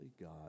God